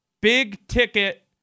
big-ticket